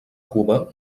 cuba